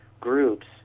groups